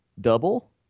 double